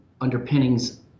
underpinnings